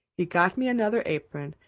he got me another apron,